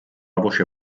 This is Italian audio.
voce